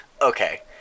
okay